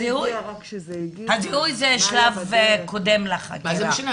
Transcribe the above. הזיהוי זה שלב קודם לחקירה.